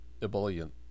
ebullient